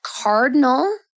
cardinal